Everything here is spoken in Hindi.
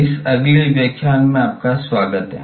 इस अगले व्याख्यान में आपका स्वागत है